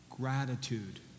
gratitude